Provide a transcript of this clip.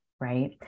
right